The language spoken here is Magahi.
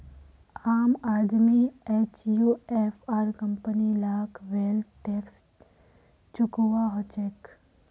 आम आदमी एचयूएफ आर कंपनी लाक वैल्थ टैक्स चुकौव्वा हछेक